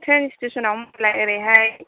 train station आव होनबालाय ओरैहाय